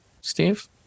Steve